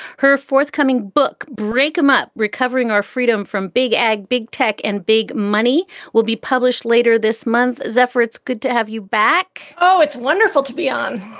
her forthcoming book, break them up recovering our freedom from big ag, big tech and big money will be published later this month. month. zephyr, it's good to have you back. oh, it's wonderful to be on.